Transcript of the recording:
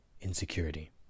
insecurity